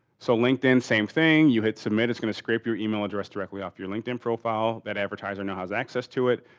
so, linkedin same thing, you hit submit it's gonna scrape your email address directly off your linkedin profile. that advertiser now has access to it,